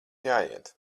jāiet